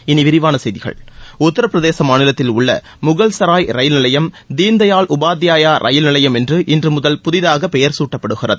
இனி விரிவான செய்திகள் உத்தரப்பிரதேச மாநிலத்தில் உள்ள முகல்சராய் ரயில் நிலையம் தீன் தயாள் உபாத்யாயா ரயில் நிலையம் என்று இன்று முதல் புதிதாக பெயர் சூட்டப்படுகிறது